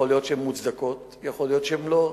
יכול להיות שהן מוצדקות ויכול להיות שהן לא.